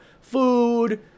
food